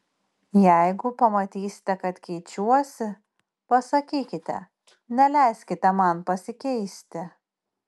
jeigu pamatysite kad keičiuosi pasakykite neleiskite man pasikeisti